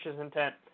intent